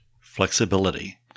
flexibility